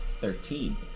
Thirteen